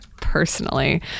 personally